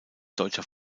deutscher